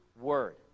word